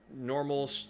normal